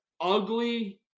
ugly